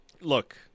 Look